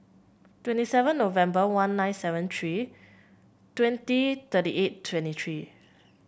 twenty seven November one nine seven three twenty thirty eight twenty three